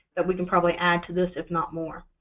that we can probably add to this, if not more.